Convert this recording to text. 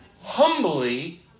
humbly